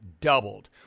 doubled